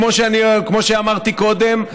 כמו שאמרתי קודם,